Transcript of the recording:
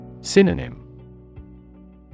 Synonym